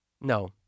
No